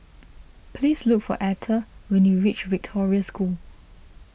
please look for Etha when you reach Victoria School